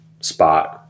spot